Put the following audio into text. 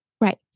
Right